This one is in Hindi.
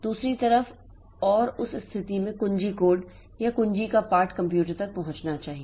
दूसरी तरफ और उस स्थिति में कुंजी कोड या कुंजी का पाठ कंप्यूटर तक पहुंचना चाहिए